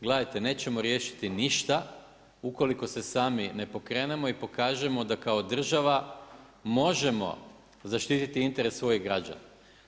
Gledajte, nećemo riješiti ništa ukoliko se sami ne pokrenemo i pokažemo da kao država možemo zaštititi interes svojih građana.